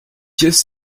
just